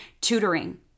tutoring